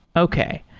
okay.